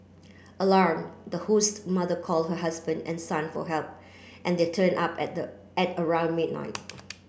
alarmed the host mother call her husband and son for help and they turned up at at around midnight